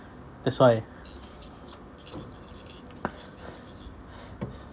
that's why